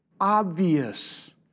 obvious